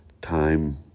time